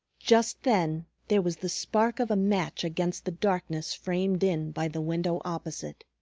just then there was the spark of a match against the darkness framed in by the window opposite.